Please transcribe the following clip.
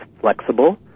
flexible